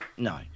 No